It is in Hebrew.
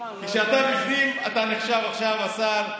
כשאתה בפנים אתה נחשב עכשיו השר,